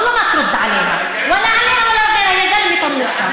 לא רק, לא כולם משלמים.